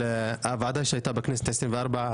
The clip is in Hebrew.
ועדה שהייתה בכנסת העשרים וארבע,